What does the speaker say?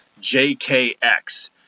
JKX